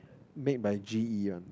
made by G_E one